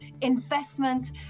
investment